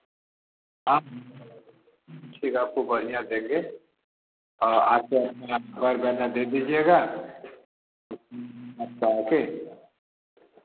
हाँ ठीक है आपको बढ़िया देंगे आकर यहाँ पर बयाना दे दीजिएगा आपका आकर